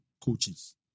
coaches